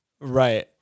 Right